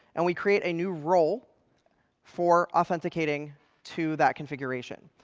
and we create a new role for authenticating to that configuration.